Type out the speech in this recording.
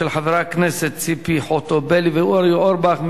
של חברי הכנסת ציפי חוטובלי ואורי אורבך.